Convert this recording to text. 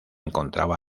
encontraba